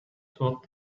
thought